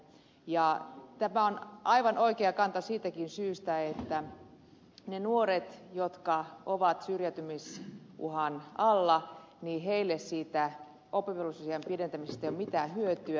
tämä on aivan oikea kanta siitäkin syystä että niille nuorille jotka ovat syrjäytymisuhan alla siitä oppivelvollisuusiän pidentämisestä ei ole mitään hyötyä